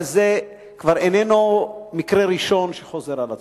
אבל זה איננו מקרה ראשון, וזה חוזר על עצמו.